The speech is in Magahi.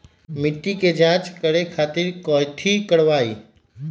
मिट्टी के जाँच करे खातिर कैथी करवाई?